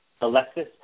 Alexis